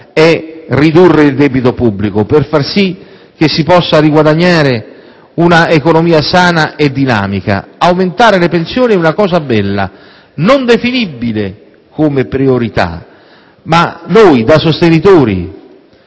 è ridurre il debito pubblico per far si che si possa riguadagnare un'economia sana e dinamica. Aumentare le pensioni è una cosa bella, non definibile come priorità, ma noi, da sostenitori